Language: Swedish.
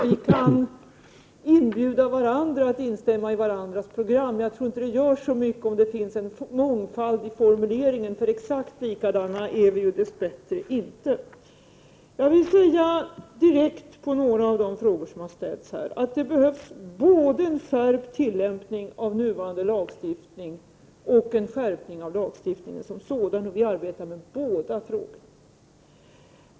Vi kan inbjuda varandra att instämma i varandras program. Jag tycker att det inte gör så mycket att det finns en mångfald formuleringar, för exakt likadana är vi ju dess bättre inte. På några av de frågor som ställts här vill jag direkt svara att det behövs både en skärpt tillämpning av nuvarande lagstiftning och en skärpning av lagstiftningen som sådan. Vi arbetar med båda dessa saker.